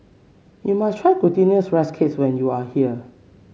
you must try Glutinous Rice Cakes when you are here